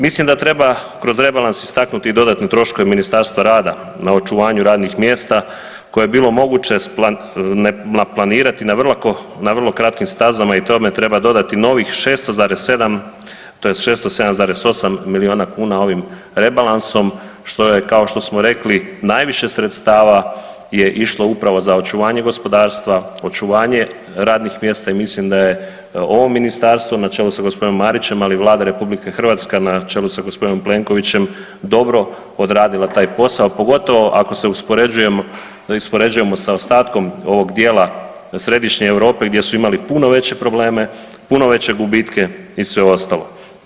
Mislim da treba kroz rebalans istaknuti i dodatne troškove Ministarstva rada na očuvanju radnih mjesta koje je bilo moguće naplanirati na vrlo kratkim stazama i tome treba dodati novih 600,7 tj. 607,8 milijuna kuna ovim rebalansom, što je kao što smo rekli, najviše sredstava je išlo upravo za očuvanje gospodarstva, očuvanje radnih mjesta i mislim da je ovo Ministarstvo na čelu sa gospodinom Marićem, ali i Vlada Republike Hrvatske na čelu sa gospodinom Plenkovićem dobro odradila taj posao, pogotovo ako se uspoređujemo sa ostatkom ovog dijela središnje Europe, gdje su imali puno veće probleme, puno veće gubitke i sve ostalo.